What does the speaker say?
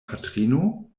patrino